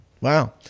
Wow